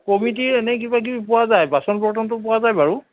কমিটিৰ এনেই কিবা কিবি পোৱা যায় বাচন বৰ্তনতো পোৱা যায় বাৰু